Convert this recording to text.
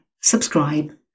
subscribe